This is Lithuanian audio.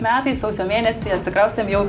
metais sausio mėnesį atsikraustėm jau